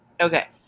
Okay